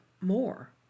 more